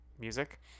music